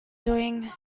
doing